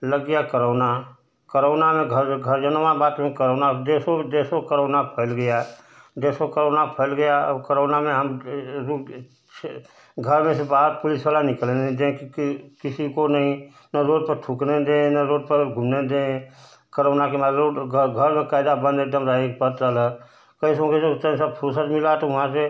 लग गया corona corona में घर घर जनवा बात में करोना अब देशों देशों करोना फैल गया देशों करोना फैल गया अब करोना में हम रुक घर में से बाहर पुलिसवाला निकलने नहीं दें क्योंकि किसी को नहीं न रोड पर थूकने दें न रोड पर घूमने दें करोना के मारे लोग घर बकायदा बंद एकदम रहे कैसों कैसों तनि सा फुरसत मिला तो वहाँ से